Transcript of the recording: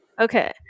Okay